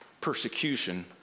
persecution